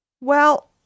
Well